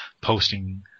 posting